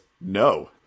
no